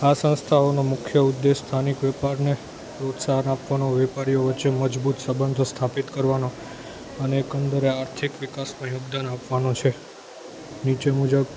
આ સંસ્થાઓનો મુખ્ય ઉદ્દેશ સ્થાનિક વેપારને પ્રોત્સાહન આપવાનો વેપારીઓ વચ્ચે મજબૂત સંબંધ સ્થાપિત કરવાનો અને એકંદરે આર્થિક વિકાસમાં યોગદાન આપવાનો છે નીચે મુજબ